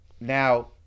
now